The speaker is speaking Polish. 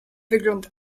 wygląd